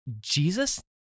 Jesus